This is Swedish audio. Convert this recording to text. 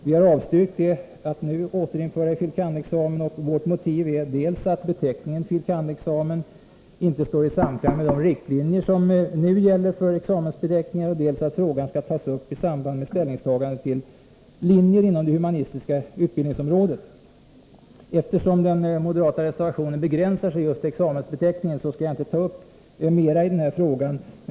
Vi har avstyrkt förslaget att nu återinföra denna examen. Vårt motiv är dels att beteckningen fil. kand.-examen inte står i samklang med de riktlinjer som nu gäller för examensbeteckningar, dels att frågan skall tas upp i samband med ställningstagandet till linjer inom det humanistiska utbildningsområdet. Eftersom den moderata reservationen begränsas just till examensbeteckningen, skall jag inte ta upp mera i denna fråga.